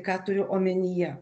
ką turiu omenyje